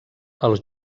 els